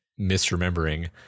misremembering